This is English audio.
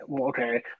okay